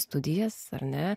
studijas ar ne